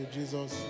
Jesus